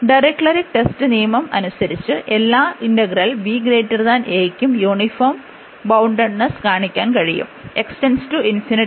Dirichlet test നിഗമനം അനുസരിച്ചു എല്ല ഇന്റഗ്രൽ b a ക്കുo യൂണിഫോം ബൌണ്ടഡ്നെസ്സ് കാണിക്കാൻ കഴിയുo